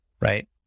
Right